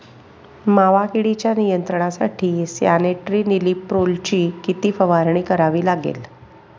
मावा किडीच्या नियंत्रणासाठी स्यान्ट्रेनिलीप्रोलची किती फवारणी करावी लागेल?